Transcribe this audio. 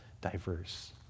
diverse